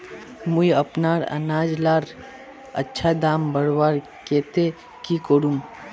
मुई अपना अनाज लार अच्छा दाम बढ़वार केते की करूम?